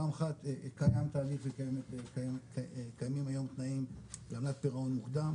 פעם אחת קיים תהליך וקיימים היום תנאים לעמלת פירעון מוקדם,